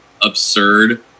absurd